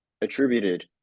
attributed